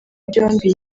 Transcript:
byombi